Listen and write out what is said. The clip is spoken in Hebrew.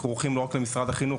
שכרוכים לא רק במשרד החינוך.